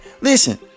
listen